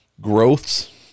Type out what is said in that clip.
growths